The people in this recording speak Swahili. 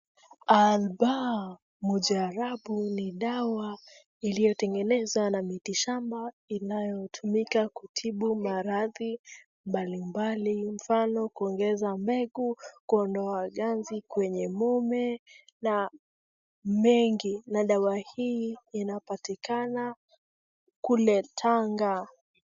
Albaa Mujarrabu ni dawa iliyotengenezwa na miti shamba inayotumika kutibu maradhi mbalimbali mfano kuongeza mbegu, kuondoa gazi kwenye mume na mengi, na dawa hii inapatikana kule Tanga.